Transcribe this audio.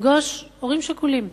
לפגוש הורים שכולים,